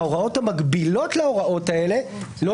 ההוראות המקבילות להוראות האלה לא